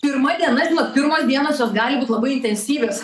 pirma diena žinot pirmos dienos jos gali būt labai intensyvios